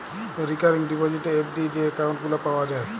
recurring deposit, FD যে account গুলা পাওয়া যায়